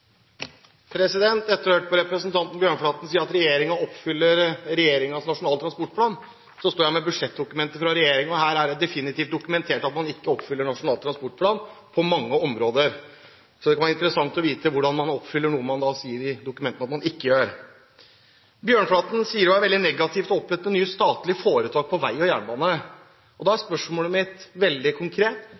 det definitivt dokumentert at man på mange områder ikke oppfyller Nasjonal transportplan. Det kan være interessant å få vite hvordan man oppfyller noe man i dokumentet sier at man ikke gjør. Bjørnflaten sier hun er veldig negativ til å opprette nye statlige foretak på vei og jernbane. Da er spørsmålet mitt veldig konkret: